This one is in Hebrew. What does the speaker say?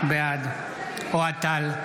בעד אוהד טל,